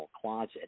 closet